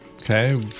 Okay